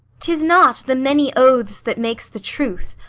tis not the many oaths that makes the truth,